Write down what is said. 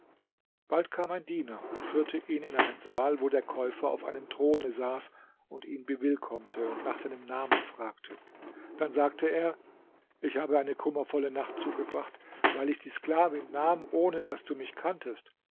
bald kam ein diener und führte ihn in einen saal wo der käufer auf einem throne saß und ihn bewillkommte und nach seinem namen fragte dann sagte er ich habe eine kummervolle nacht zugebracht weil ich die sklavin nahm ohne daß du mich kanntest